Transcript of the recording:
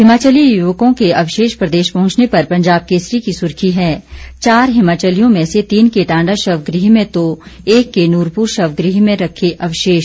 हिमाचली युवकों के अवशेष प्रदेश पहुंचने पर पंजाब केसरी की सुर्खी है चार हिमाचलियों में से तीन के टांडा शव गृह में तो एक के नूरपुर शव गृह में रखे अवशेष